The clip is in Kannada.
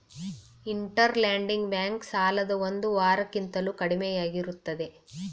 ಇಂಟರ್ ಲೆಂಡಿಂಗ್ ಬ್ಯಾಂಕ್ ಸಾಲದ ಒಂದು ವಾರ ಕಿಂತಲೂ ಕಡಿಮೆಯಾಗಿರುತ್ತದೆ